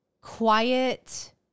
quiet